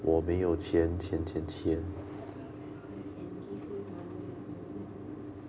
我没有钱钱钱钱